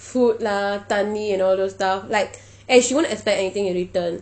food lah தண்ணீர்:thannir lah and all those stuff like and she won't expect anything in return